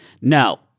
No